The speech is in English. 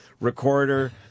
recorder